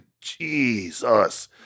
Jesus